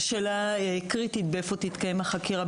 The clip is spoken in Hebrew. זו שאלה קריטית איפה תתקיים החקירה,